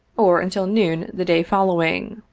or until noon the day following.